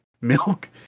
milk